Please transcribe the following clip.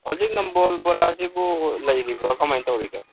ꯍꯧꯖꯤꯛ ꯅꯝꯕꯣꯜ ꯕꯣꯔꯁꯤꯕꯨ ꯂꯩꯔꯤꯕꯣ ꯀꯃꯥꯏꯟ ꯇꯧꯔꯤꯒꯦ